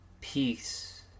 peace